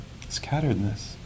scatteredness